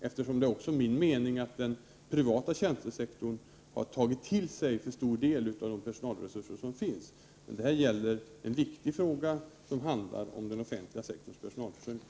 Enligt min mening har den privata tjänstesektorn tagit till sig för stor del av de befintliga personalresurserna. Det här är en viktig fråga som handlar om den offentliga sektorns personalförsörjning.